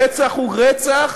רצח הוא רצח